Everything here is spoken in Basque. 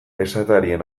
esatarien